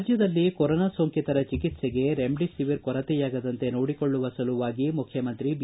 ರಾಜ್ಯದಲ್ಲಿ ಕೊರೋನಾ ಸೋಂಕಿತರ ಚಿಕಿತ್ಸೆಗೆ ರೆಮ್ಡಿಸಿವಿರ್ ಕೊರತೆಯಾಗದಂತೆ ನೋಡಿಕೊಳ್ಳುವ ಸಲುವಾಗಿ ಮುಖ್ಯಮಂತ್ರಿ ಬಿ